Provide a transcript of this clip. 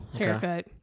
haircut